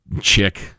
chick